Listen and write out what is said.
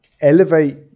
elevate